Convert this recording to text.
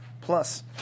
Plus